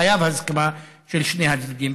חייבים הסכמה של שני הצדדים.